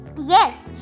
Yes